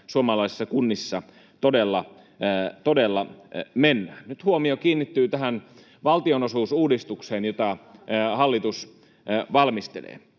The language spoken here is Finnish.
suomalaisissa kunnissa todella mennään. Nyt huomio kiinnittyy tähän valtionosuusuudistukseen, jota hallitus valmistelee.